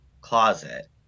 closet